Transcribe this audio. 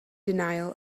denial